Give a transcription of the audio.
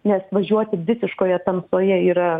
nes važiuoti visiškoje tamsoje yra